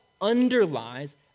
underlies